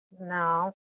no